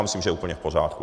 Myslím, že je úplně v pořádku.